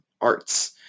arts